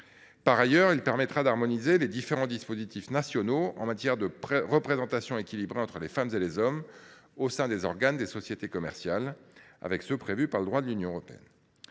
par ailleurs d’harmoniser les différents dispositifs nationaux en matière de représentation équilibrée entre les femmes et les hommes au sein des organes des sociétés commerciales avec ceux prévus par le droit de l’Union européenne.